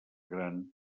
gran